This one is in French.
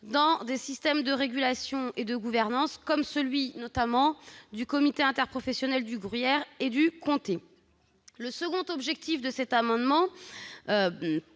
dans des systèmes de régulation et de gouvernance comme celui du comité interprofessionnel du gruyère et du comté. Le second objectif est de